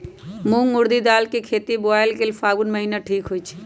मूंग ऊरडी दाल कें खेती बोआई लेल फागुन महीना ठीक होई छै